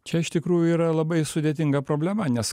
čia iš tikrųjų yra labai sudėtinga problema nes